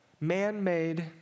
man-made